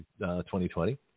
2020